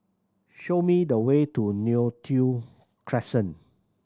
show me the way to Neo Tiew Crescent